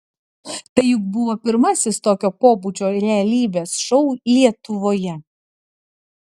tai juk buvo pirmasis tokio pobūdžio realybės šou lietuvoje